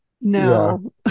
no